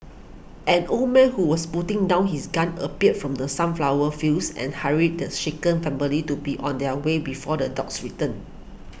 an old man who was putting down his gun appeared from the sunflower fields and hurried the shaken family to be on their way before the dogs return